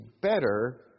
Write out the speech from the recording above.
better